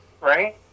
right